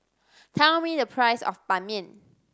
tell me the price of Ban Mian